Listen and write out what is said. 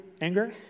anger